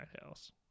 house